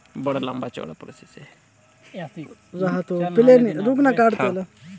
देस कर गद्दार मन देस कर रूपिया पइसा कर नकली बनाए के ओला बजार में उताएर देथे